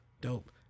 dope